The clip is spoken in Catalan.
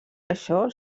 això